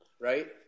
Right